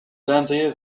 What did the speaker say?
dundee